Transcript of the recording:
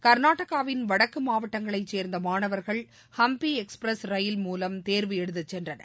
கர்நாடகாவின் வடக்கு மாவட்டங்களைச் சோ்ந்த மாணவர்கள் ஹம்பி எக்ஸ்பிரஸ் மூலம் தோ்வு எழுதச் சென்றனர்